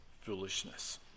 foolishness